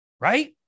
right